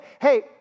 hey